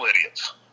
idiots